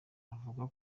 avuga